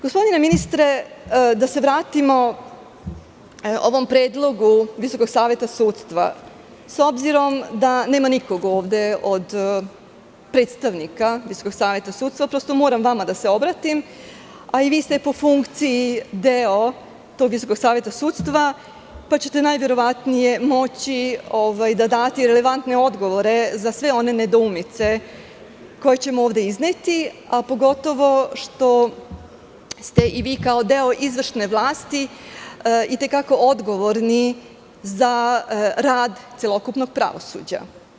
Gospodine ministre, da se vratimo ovom predlogu Visokog saveta sudstva, s obzirom da nema nikog ovde od predstavnika Visokog saveta sudstva, prosto moram vama da se obratim, a i vi ste po funkciji deo tog Visokog saveta sudstva, pa ćete najverovatnije moći da date irelevantne odgovore za sve one nedoumice koje ćemo ovde izneti, a pogotovo što ste i vi kao deo izvršne vlasti i te kako odgovorni za rad celokupnog pravosuđa.